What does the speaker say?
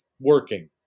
working